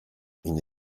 une